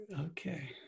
Okay